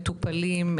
מטופלים,